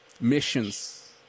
missions